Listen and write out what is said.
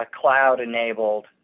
cloud-enabled